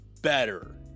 Better